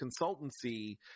consultancy